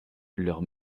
leurs